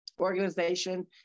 organization